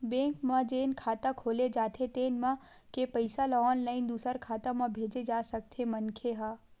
bank म जेन खाता खोले जाथे तेन म के पइसा ल ऑनलाईन दूसर खाता म भेजे जा सकथे मनखे ह